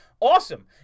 awesome